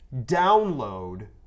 download